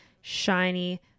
shiny